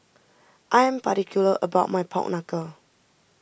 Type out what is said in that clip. I am particular about my Pork Knuckle